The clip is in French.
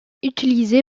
utilisé